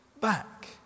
back